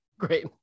Great